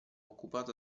occupata